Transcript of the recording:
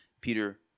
Peter